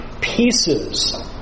pieces